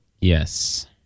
yes